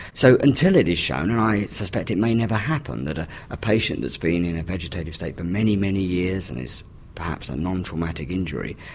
so until it is shown and i suspect it may never happen that a ah patient who has been in a vegetative state for many, many years and is perhaps a non-traumatic injury,